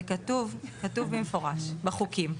זה כתוב במפורש בחוקים.